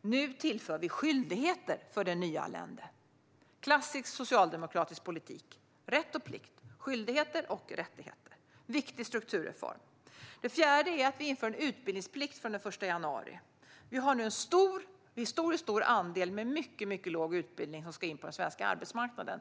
Nu tillför vi skyldigheter för den nyanlända. Det är klassisk socialdemokratisk politik: rätt och plikt, skyldigheter och rättigheter. Det är en viktig strukturreform. Den fjärde är en utbildningsplikt som införs den 1 januari. Vi har nu en historiskt stor andel med mycket låg utbildning som ska in på den svenska arbetsmarknaden.